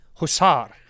Hussar